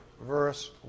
verse